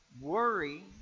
Worry